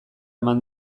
eman